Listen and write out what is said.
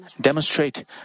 demonstrate